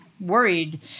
worried